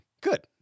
Good